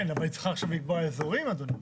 כן, אבל היא צריכה עכשיו לקבוע אזורים אדוני.